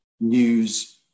news